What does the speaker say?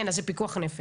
כן, אז זה פיקוח נפש.